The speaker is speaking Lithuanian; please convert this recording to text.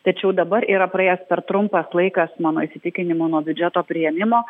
tačiau dabar yra praėjęs per trumpas laikas mano įsitikinimu nuo biudžeto priėmimo